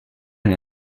den